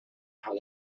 how